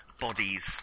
bodies